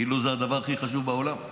כאילו זה הדבר הכי חשוב בעולם.